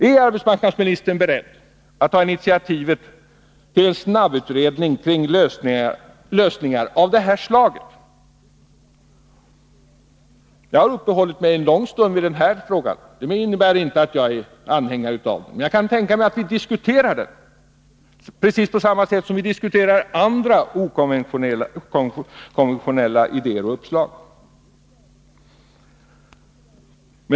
Är arbetsmarknadsministern beredd att ta initiativ till en snabbutredning kring en lösning av det här slaget? Jag har uppehållit mig en lång stund vid den här frågan. Det innebär inte att jag är anhängare av den, men jag kan tänka mig att vi diskuterar den, precis som vi diskuterar andra okonventionella idéer och uppslag.